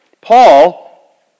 Paul